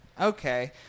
Okay